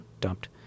dumped